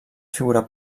figura